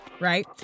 right